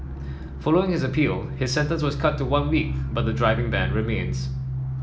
following his appeal his sentence was cut to one week but the driving ban remains